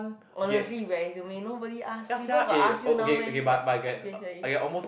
honestly resume nobody ask people got ask you now meh your p_s_l_e